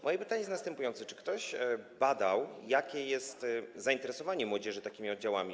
Moje pytanie jest następujące: Czy ktoś badał, jakie jest zainteresowanie młodzieży takimi oddziałami?